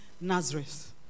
Nazareth